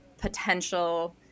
potential